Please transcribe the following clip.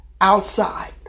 outside